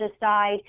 decide